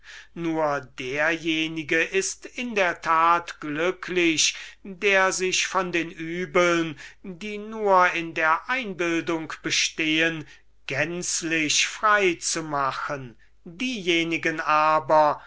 nur derjenige ist in der tat glücklich der sich von den übeln die nur in der einbildung bestehen gänzlich frei zu machen diejenigen aber